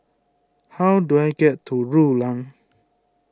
how do I get to Rulang